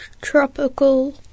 tropical